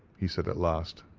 he said at last,